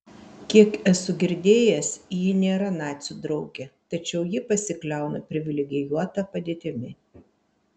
kiek esu girdėjęs ji nėra nacių draugė tačiau ji pasikliauna privilegijuota padėtimi